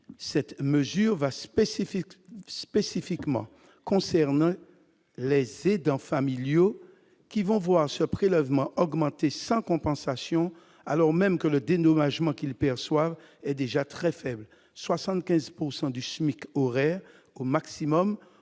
cette mesure va spécifique spécifiquement concernant les dans familiaux qui vont voir ce prélèvement augmenter sans compensation, alors même que le dénouement sagement qu'ils perçoivent est déjà très faible, 75 pourcent du du SMIC horaire au maximum